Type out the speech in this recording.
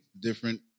different